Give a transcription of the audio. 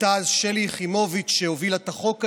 הייתה אז שלי יחימוביץ' שהובילה את החוק הזה.